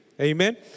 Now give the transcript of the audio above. Amen